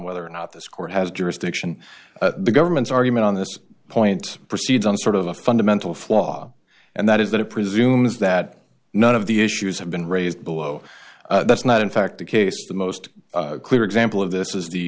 whether or not this court has jurisdiction the government's argument on this point proceeds on sort of a fundamental flaw and that is that it presumes that none of the issues have been raised below that's not in fact the case the most clear example of this is the